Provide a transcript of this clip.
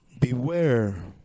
Beware